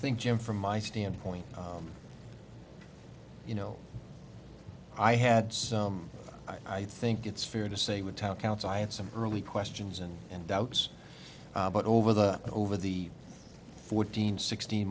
think jim from my standpoint you know i had some i think it's fair to say what town council i had some early questions and and doubts but over the over the fourteen sixteen